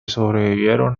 sobrevivieron